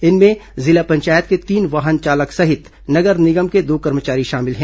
इनमें जिला पंचायत के तीन वाहन चालक सहित नगर निगम के दो कर्मचारी शामिल हैं